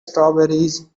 strawberries